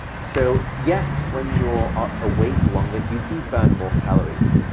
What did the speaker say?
so, yes, when you're ah awake longer, you do burn more calories.